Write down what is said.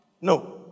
no